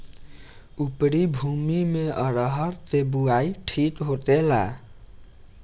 उपरी भूमी में अरहर के बुआई ठीक होखेला?